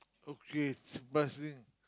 okay but then